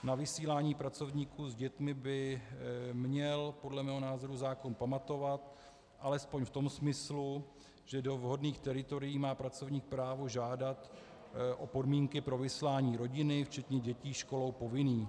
Na vysílání pracovníků s dětmi by měl podle mého názoru zákon pamatovat, alespoň v tom smyslu, že do vhodných teritorií má pracovník právo žádat o podmínky pro vyslání rodiny včetně dětí školou povinných.